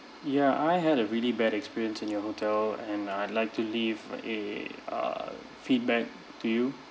ya I had a really bad experience in your hotel and uh I'd like to leave a err feedback to you